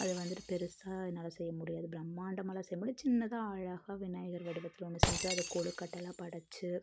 அது வந்துட்டு பெருசாக என்னால் செய்ய முடியாது பிரம்மாண்டமாகலாம் செய்ய முடியாது சின்னதாக அழகாக விநாயகர் வடிவத்தில் ஒன்று செஞ்சு அதை கொழுக்கட்டெல்லாம் படைச்சு